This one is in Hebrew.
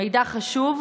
מידע חשוב,